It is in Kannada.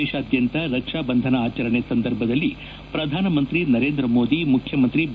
ದೇಶಾದ್ಯಂತ ರಕ್ಷಾ ಬಂಧನ ಆಚರಣೆ ಸಂದರ್ಭದಲ್ಲಿ ಪ್ರಧಾನಮಂತ್ರಿ ನರೇಂದ್ರ ಮೋದಿ ಮುಖ್ಯಮಂತ್ರಿ ಬಿ